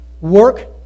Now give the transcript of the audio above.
work